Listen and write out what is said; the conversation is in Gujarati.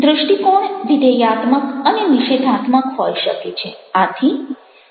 દૃષ્ટિકોણ વિધેયાત્મક અને નિષેધાત્મક હોઈ શકે છે